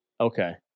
Okay